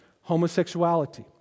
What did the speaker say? Homosexuality